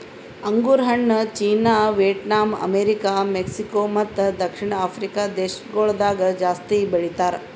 ಅಂಗುರ್ ಹಣ್ಣು China, Vietnam, America, Mexico ಮತ್ತ ದಕ್ಷಿಣ ಆಫ್ರಿಕಾ ದೇಶಗೊಳ್ದಾಗ್ ಜಾಸ್ತಿ ಬೆಳಿತಾರ್